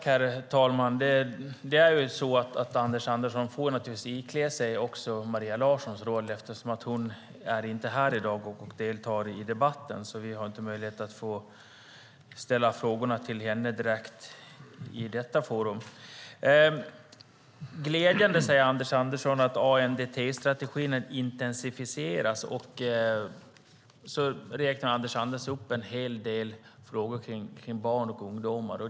Herr talman! Anders Andersson får naturligtvis ikläda sig även Maria Larssons roll eftersom hon inte är här och deltar i debatten i dag. Vi har därför inte möjlighet att ställa frågor direkt till henne. Anders Andersson säger att det är glädjande att ANDT-strategin intensifieras. Sedan räknar han upp en hel del frågor kring barn och ungdomar.